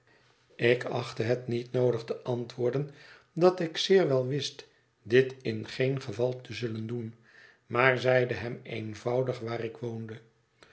ik achtte het niet noodig te antwoorden dat ik zeer wel wist dit in geen geval te zullen doen maar zeide hem eenvoudig waar ik woonde